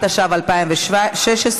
התשע"ו 2016,